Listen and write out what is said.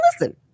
listen